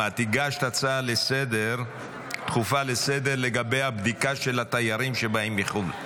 את הגשת הצעה דחופה לסדר-היום לגבי הבדיקה של התיירים שבאים מחו"ל.